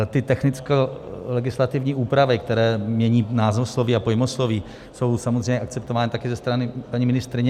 Ty technickolegislativní úpravy, které mění názvosloví a pojmosloví, jsou samozřejmě akceptovány taky ze strany paní ministryně.